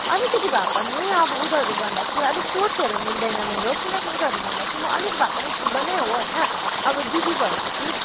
अलिकति भए पनि अब उनीहरूभन्दा चाहिँ अलिक सोचहरू मिल्दैन मेरो किनकि उनीहरूभन्दा चाहिँ म अलिक भए पनि ठुलो नै हो होइन अब दिदी भएपछि